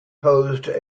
posed